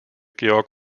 georg